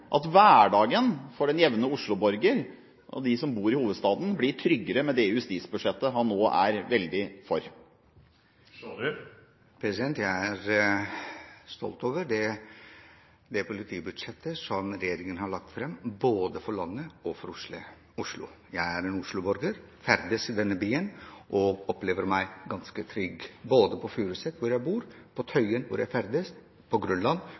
at hverdagen for den jevne osloborger og dem som bor i hovedstaden, blir tryggere med det justisbudsjettet han nå er veldig for? Jeg er stolt over det politibudsjettet som regjeringen har lagt fram både for landet og for Oslo. Jeg er en osloborger, ferdes i denne byen og kjenner meg ganske trygg både på Furuset, hvor jeg bor, på Tøyen, hvor jeg ferdes, på